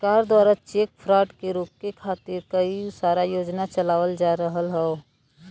सरकार दवारा cheque fraud के रोके खातिर कई सारा योजना चलावल जा रहल हौ